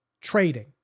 trading